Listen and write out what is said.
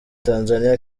tanzania